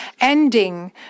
ending